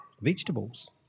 vegetables